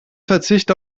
verzicht